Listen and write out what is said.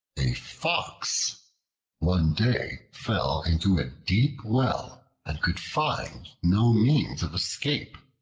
a fox one day fell into a deep well and could find no means of escape.